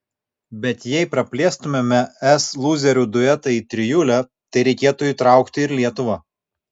bet jei praplėstumėme es lūzerių duetą į trijulę tai reikėtų įtraukti ir lietuvą